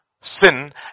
sin